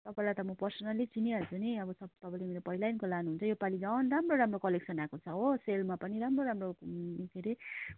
तपाईँलाई त म पर्सनल्ली चिनिहाल्छु नि अब तपाईँले मेरो पहिल्यै पनि यस्तो लानु हुन्थ्यो यो पालि झन् राम्रो कलेक्सन आएको छ हो सेलमा पनि राम्रो राम्रो के अरे